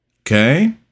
okay